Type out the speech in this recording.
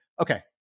Okay